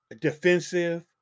defensive